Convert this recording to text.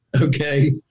Okay